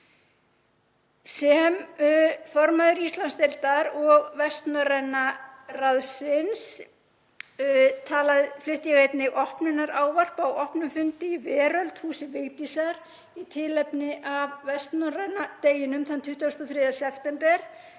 Sem formaður Íslandsdeildar og Vestnorræna ráðsins flutti ég einnig opnunarávarp á opnum fundi í Veröld – húsi Vigdísar í tilefni af vestnorræna deginum þann 23. september